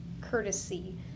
courtesy